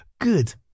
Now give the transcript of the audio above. good